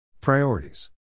Priorities